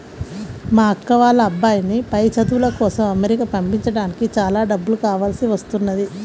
మా అక్క వాళ్ళ అబ్బాయిని పై చదువుల కోసం అమెరికా పంపించడానికి చాలా డబ్బులు కావాల్సి వస్తున్నది